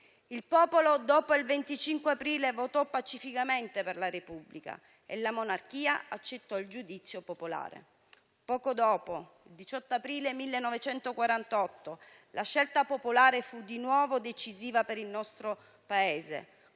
Il popolo, dopo il 25 aprile, votò pacificamente per la Repubblica e la monarchia accettò il giudizio popolare. Poco dopo, il 18 aprile 1948, la scelta popolare fu di nuovo decisiva per il nostro Paese: